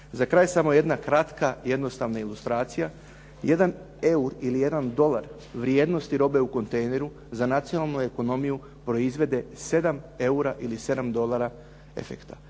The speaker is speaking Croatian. Za kraj samo jedna kratka jednostavna ilustracija. Jedan euro ili jedan dolar vrijednosti robe u kontejneru za nacionalnu ekonomiju proizvede 7 eura ili 7 dolara efekta.